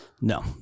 No